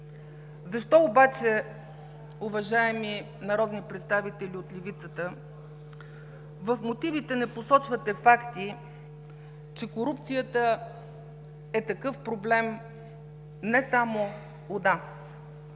Защо обаче, уважаеми народни представители от левицата, в мотивите не посочвате факти, че корупцията е такъв проблем не само у нас?